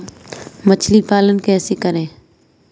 मछली पालन कैसे करें?